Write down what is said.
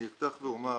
אני אפתח ואומר